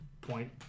point